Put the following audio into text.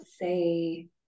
say